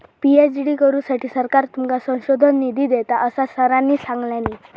PhD करुसाठी सरकार तुमका संशोधन निधी देता, असा सरांनी सांगल्यानी